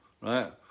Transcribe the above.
right